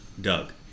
Doug